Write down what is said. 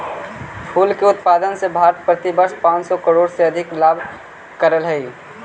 फूल के उत्पादन से भारत प्रतिवर्ष पाँच सौ करोड़ से अधिक लाभ करअ हई